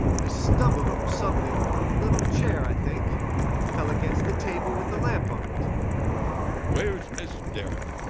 i stumbled over something a little chair, i think and fell against the table with the lamp on it where's miss derrick